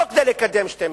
לא כדי לקדם שתי מדינות.